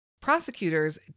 Prosecutors